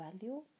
value